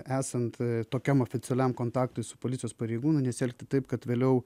esant tokiam oficialiam kontaktui su policijos pareigūnu nesielgti taip kad vėliau